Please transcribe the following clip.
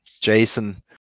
Jason